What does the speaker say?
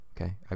Okay